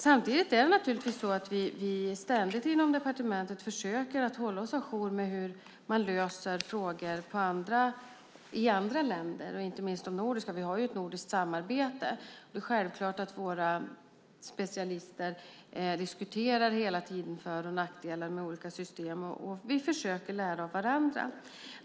Samtidigt försöker vi inom departementet naturligtvis ständigt att hålla oss ajour med hur man löser frågor i andra länder, inte minst i de nordiska. Vi har ju ett nordiskt samarbete. Det är självklart att våra specialister hela tiden diskuterar för och nackdelar med olika system, och vi försöker lära av varandra.